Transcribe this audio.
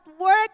work